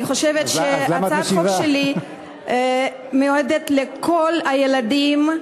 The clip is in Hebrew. אני חושבת שהצעת החוק שלי מיועדת לכל הילדים,